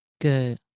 Good